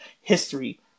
history